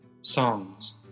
Songs